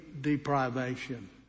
deprivation